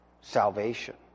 salvation